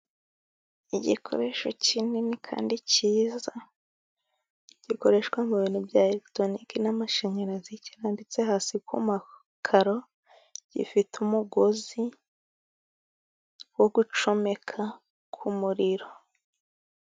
Igikoresho kinini kandi cyiza gikoreshwa mu bintu bya elegitoroniki n'amashanyarazi kirambitse hasi ku makaro, gifite umugozi wo gucomeka k'umuriro.